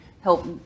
help